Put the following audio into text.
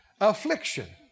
Affliction